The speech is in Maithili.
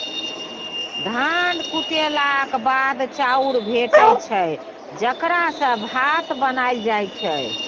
धान कुटेलाक बाद चाउर भेटै छै जकरा सँ भात बनाएल जाइ छै